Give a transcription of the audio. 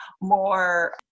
more